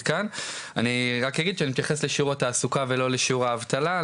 אני רק אגיד שאני מתייחס לשיעור התעסוקה ולא לשיעור האבטלה.